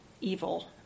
evil